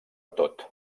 tot